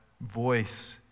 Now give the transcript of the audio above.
voice